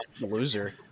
loser